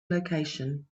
location